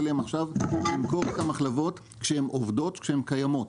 להם עכשיו למכור את המחלבות כשהן עובדות וכשהן קיימות.